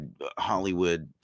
Hollywood